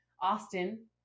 Austin